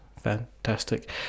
fantastic